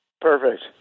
Perfect